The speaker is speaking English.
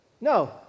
No